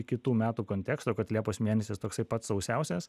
kitų metų konteksto kad liepos mėnesis toksai pats sausiausias